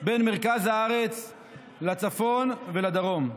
בין מרכז הארץ לצפון ולדרום.